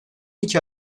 iki